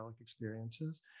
experiences